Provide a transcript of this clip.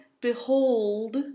BEHOLD